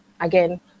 again